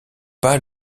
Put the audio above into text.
pas